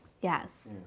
Yes